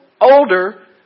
older